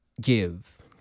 give